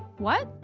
what?